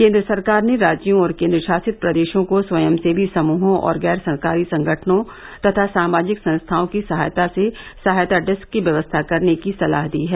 केन्द्र सरकार ने राज्यों और केन्द्र शासित प्रदेशों को स्वयंसेवी समूहों गैर सरकारी संगठनों और सामाजिक संस्थाओं की सहायता से सहायता डेस्क की व्यवस्था करने की सलाह दी है